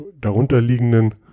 darunterliegenden